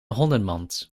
hondenmand